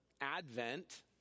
Advent